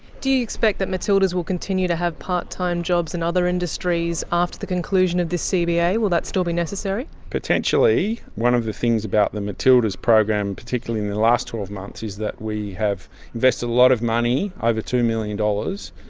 do you expect that matildas will continue to have part-time jobs in and other industries after the conclusion of this cba, will that still be necessary? potentially. one of the things about the matildas program, particularly in the last twelve months, is that we have invested a lot of money, over two million dollars,